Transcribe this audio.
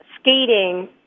skating